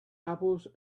apples